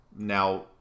Now